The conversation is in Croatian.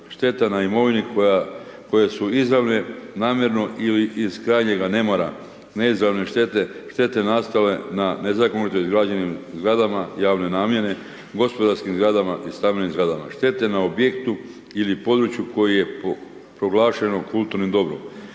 Šteta na imovini koje su izravne namjerno ili iz krajnjega nemara, neizravne štete, štete nastale na nezakonito izgrađenim zgradama javnoj namjeni, gospodarskim zgradama i stambenim zgradama, štete na objektu ili području koje je proglašeno kulturnim dobrom,